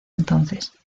entonces